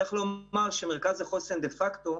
צריך לומר שמרכז החוסן הוקם דה פקטו